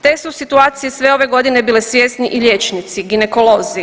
Te su situacije sve ove godine bile svjesni i liječnici ginekolozi.